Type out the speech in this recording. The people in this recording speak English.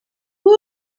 woot